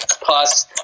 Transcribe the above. Plus